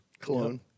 Cologne